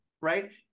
right